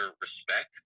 respect